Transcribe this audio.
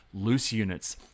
looseunits